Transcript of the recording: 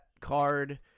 card